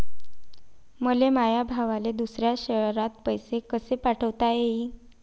मले माया भावाले दुसऱ्या शयरात पैसे कसे पाठवता येईन?